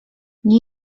nie